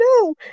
No